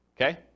Okay